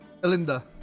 elinda